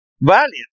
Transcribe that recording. Valiant